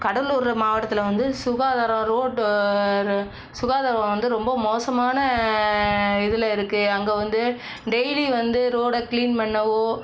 கடலூர் மாவட்டத்தில் வந்து சுகாதாரம் ரோடு சுகாதாரம் வந்து ரொம்ப மோசமான இதில் இருக்கு அங்கே வந்து டெய்லி வந்து ரோடை க்ளீன் பண்ணவோ